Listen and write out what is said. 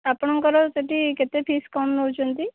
ଆପଣଙ୍କର ସେଠି କେତେ ଫିସ୍ କ'ଣ ନେଉଛନ୍ତି